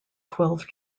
twelve